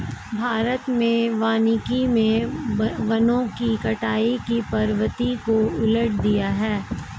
भारत में वानिकी मे वनों की कटाई की प्रवृत्ति को उलट दिया है